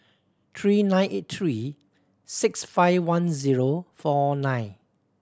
three nine eight three six five one zero four nine